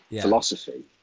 philosophy